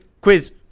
quiz